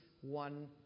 one